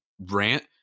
rant